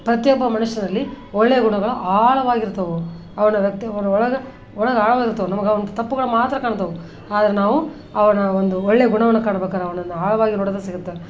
ಪ್ರತಿಯೊಬ್ಬ ಮನುಷ್ಯನಲ್ಲಿ ಒಳ್ಳೆಯ ಗುಣಗಳು ಆಳವಾಗಿರ್ತವೆ ಅವನ ವ್ಯಕ್ತಿಗಳ ಒಳಗೆ ಒಳಗೆ ಆಳವಾಗಿರ್ತವೆ ನಮಗೆ ಅವನ ತಪ್ಪುಗಳು ಮಾತ್ರ ಕಾಣ್ತವೆ ಆದ್ರೆ ನಾವು ಅವನ ಒಂದು ಒಳ್ಳೆಯ ಗುಣವನ್ನು ಕಾಣ್ಬೇಕಾರೆ ಅವನನ್ನು ಆಳವಾಗಿ ನೋಡಿದರೆ ಸಿಗುತ್ತೆ